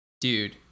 Dude